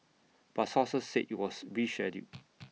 but sources said IT was rescheduled